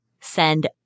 send